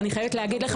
אני חייבת להגיד לך